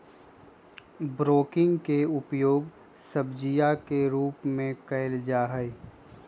broccoli के उपयोग सब्जीया के रूप में कइल जाहई